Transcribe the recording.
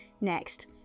Next